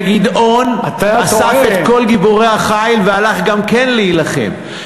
וגדעון אסף את כל החיל והלך גם כן להילחם.